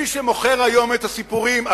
מי שמוכר היום את הסיפורים,